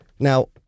Now